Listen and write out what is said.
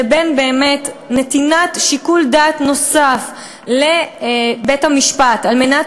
לבין באמת נתינת שיקול דעת נוסף לבית-המשפט על מנת